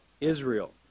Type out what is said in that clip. Israel